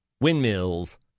windmills